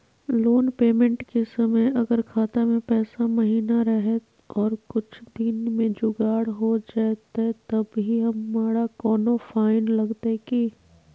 Loan payment के समय अगर खाता में पैसा महिना रहै और कुछ दिन में जुगाड़ हो जयतय तब की हमारा कोनो फाइन लगतय की?